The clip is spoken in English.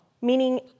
meaning